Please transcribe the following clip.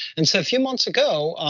and so few months ago,